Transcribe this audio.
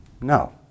no